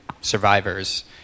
survivors